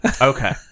Okay